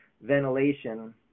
ventilation